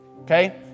Okay